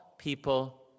People